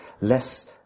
less